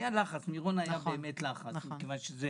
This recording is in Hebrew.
מירון היה באמת לחץ, מכיוון שזה